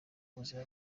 ubuzima